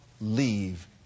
leave